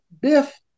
Biff